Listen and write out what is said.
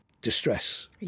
distress